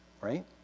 right